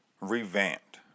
revamped